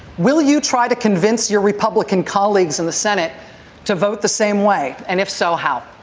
will you try to convince your republican colleagues in the senate to vote the same way? and if so, how?